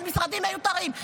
על משרדים מיותרים.